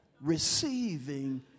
receiving